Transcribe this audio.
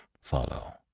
follow